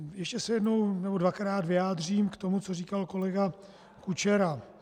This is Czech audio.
Ještě se jednou nebo dvakrát vyjádřím k tomu, co říkal kolega Kučera.